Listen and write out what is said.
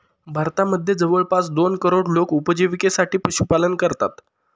भारतामध्ये जवळपास दोन करोड लोक उपजिविकेसाठी पशुपालन करतात